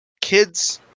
kids